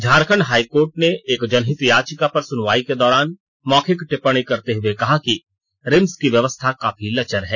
Jharkhand high court ने एक जनहित याचिका पर सुनवाई के दौरान मौखिक टिप्पणी करते हुए कहा की रिम्स की व्यवस्था काफी लचर है